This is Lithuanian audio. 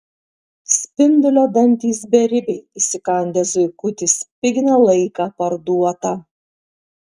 spindulio dantys beribiai įsikandę zuikutį spigina laiką parduotą